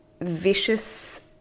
vicious